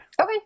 Okay